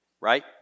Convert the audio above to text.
Right